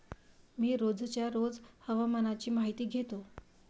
मी रोजच्या रोज हवामानाची माहितीही घेतो